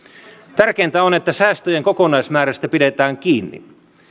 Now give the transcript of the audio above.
tärkeintä on että säästöjen kokonaismäärästä pidetään kiinni